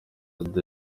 amb